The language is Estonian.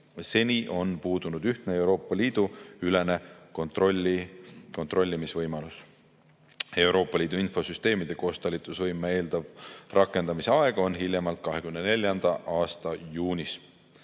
Seni on puudunud ühtne Euroopa Liidu ülene kontrollimisvõimalus. Euroopa Liidu infosüsteemide koostalitusvõime eeldatav rakendamise aeg on hiljemalt [2024]. aasta juunis.